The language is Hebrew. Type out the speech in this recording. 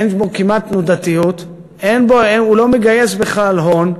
אין בו כמעט תנודתיות, הוא לא מגייס בכלל הון,